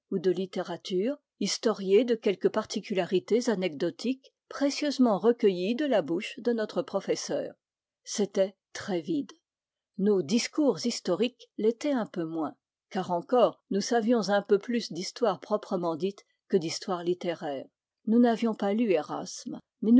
de littérature historiés de quelques particularités anecdotiques précieusement recueillies de la bouche de notre professeur c'était très vide nos discours historiques l'étaient un peu moins car encore nous savions un peu plus d'histoire proprement dite que d'histoire littéraire nous n'avions pas lu